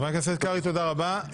חבר הכנסת קרעי, תודה רבה.